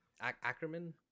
Ackerman